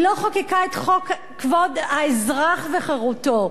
היא לא חוקקה את חוק כבוד האזרח וחירותו.